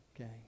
okay